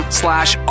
slash